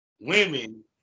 Women